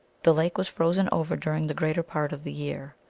the lake was frozen over during the greater part of the year.